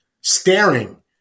staring